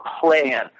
plan